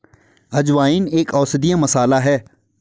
अजवाइन एक औषधीय मसाला है